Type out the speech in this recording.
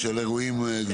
זה של אירועים גדולים.